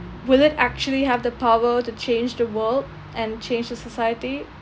will it actually have the power to change the world and change the society